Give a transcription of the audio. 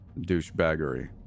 douchebaggery